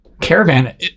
caravan